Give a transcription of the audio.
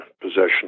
possession